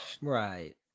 Right